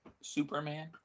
Superman